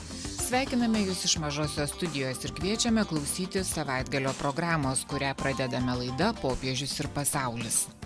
sveikiname jus iš mažosios studijos ir kviečiame klausytis savaitgalio programos kurią pradedame laida popiežius ir pasaulis